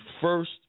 first